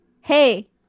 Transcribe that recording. Hey